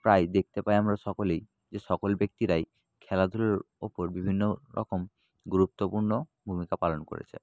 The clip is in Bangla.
প্রায় দেখতে পাই আমরা সকলেই যে সকল ব্যক্তিরাই খেলাধুলোর ওপর বিভিন্ন রকম গুরুত্বপূর্ণ ভূমিকা পালন করেছে